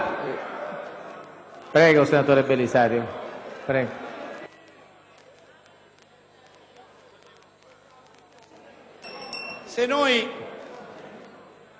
Se noi cerchiamo di spenderci, di puntualizzare,